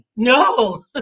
No